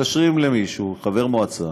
מתקשרים למישהו, חבר מועצה,